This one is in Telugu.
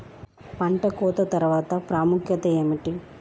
పంట కోత తర్వాత ప్రాముఖ్యత ఏమిటీ?